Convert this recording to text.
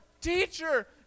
Teacher